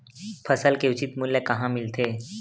फसल के उचित मूल्य कहां मिलथे?